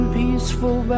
peaceful